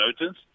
notice